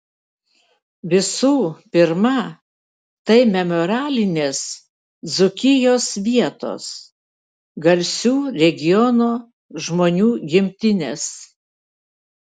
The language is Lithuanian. visų pirma tai memorialinės dzūkijos vietos garsių regiono žmonių gimtinės